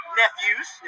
nephews